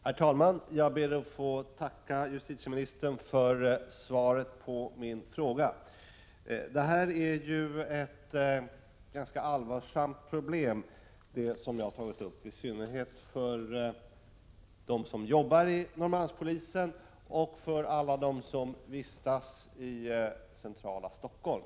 Herr talman! Jag ber att få tacka justitieministern för svaret på min fråga. Det problem som jag tar upp i frågan är ganska allvarligt, i synnerhet för dem som arbetar vid Norrmalmspolisen och för alla dem som vistas i centrala Stockholm.